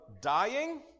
dying